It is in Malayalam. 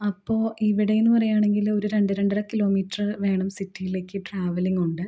അപ്പോൾ ഇവിടെയെന്ന് പറയുകയാണെങ്കിൽ ഒരു രണ്ട് രണ്ടര കിലോമീറ്ററ് വേണം സിറ്റിയിലേക്ക് ട്രാവലിംഗുണ്ട്